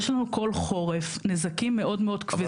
יש לנו כל חורף נזקים מאוד מאוד כבדים.